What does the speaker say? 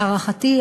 להערכתי,